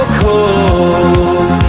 cold